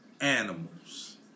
animals